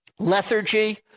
lethargy